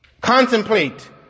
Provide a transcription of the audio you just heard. contemplate